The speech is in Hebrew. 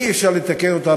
אי-אפשר לתקן אותה,